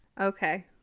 Okay